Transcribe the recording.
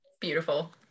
Beautiful